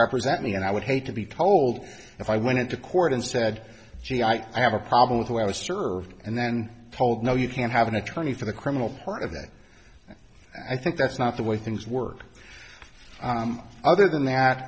represent me and i would hate to be told if i went into court and said gee i have a problem with who i was served and then told no you can't have an attorney for the criminal part of it i think that's not the way things work other than that